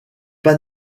pas